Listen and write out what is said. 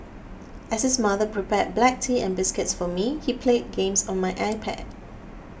as his mother prepared black tea and biscuits for me he played games on my iPad